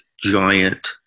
giant